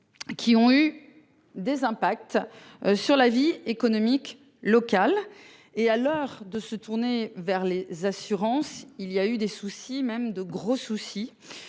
Qui ont eu des impacts sur la vie économique locale et à l'heure de se tourner vers les assurances il y a eu des soucis même de gros soucis